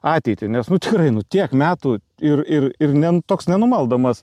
ateitį nes nu tikrai nu tiek metų ir ir ir nen toks nenumaldomas